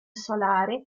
solare